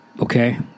Okay